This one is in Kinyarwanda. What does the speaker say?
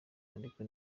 ariko